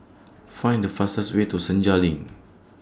Find The fastest Way to Senja LINK